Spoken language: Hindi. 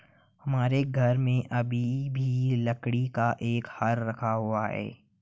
हमारे घर में अभी भी लकड़ी का एक हल रखा हुआ है